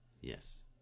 Yes